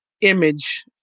image